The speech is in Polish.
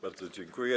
Bardzo dziękuję.